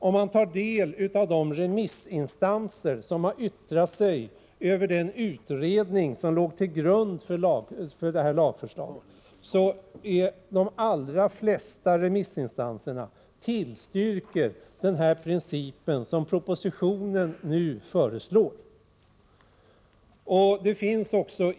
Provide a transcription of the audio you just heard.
Om man tar del av vad de remissinstanser har sagt som har yttrat sig över utredningen som låg till grund för detta lagförslag, finner man att de allra flesta tillstyrker den princip som nu föreslås i propositionen.